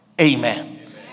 Amen